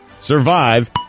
survive